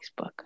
Facebook